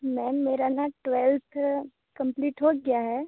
ma'am मेरा न twelfth complete हो गया है